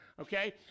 Okay